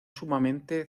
sumamente